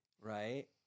right